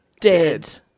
Dead